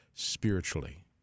Spiritually